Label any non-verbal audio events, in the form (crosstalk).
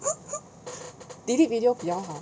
(laughs) delete video 比较好